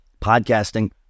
Podcasting